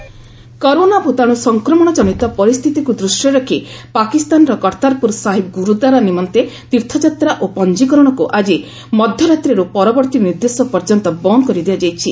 Kartarpur pilgrimage corona ଭୂତାଣୁ ସଂକ୍ରମଣଜନିତ ପରିସ୍ଥିତିକୁ ଦୃଷ୍ଟିରେ ରଖି ପାକିସ୍ତାନର କର୍ତ୍ତାରପୁର ସାହିବ୍ ଗୁରୁଦ୍ୱାର ନିମନ୍ତେ ତୀର୍ଥଯାତ୍ରା ଓ ପଞ୍ଜୀକରଣକ୍ତ ଆଜି ମଧ୍ୟରାତ୍ରୀର୍ତ ପରବର୍ତ୍ତୀ ନିର୍ଦ୍ଦେଶ ପର୍ଯ୍ୟନ୍ତ ବନ୍ଦ୍ କରିଦିଆଯାଇଛି